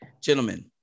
Gentlemen